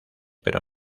pero